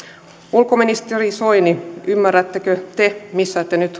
ulkoministeri soini ymmärrättekö te missä te nyt